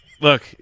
Look